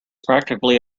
practically